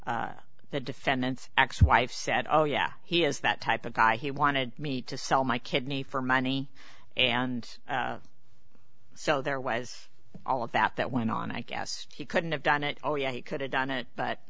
the defendant's ex wife said oh yeah he is that type of guy he wanted me to sell my kidney for money and so there was all of that that went on i guess he couldn't have done it oh yeah he could have done it but